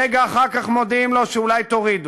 רגע אחר כך מודיעים לו שאולי תורידו,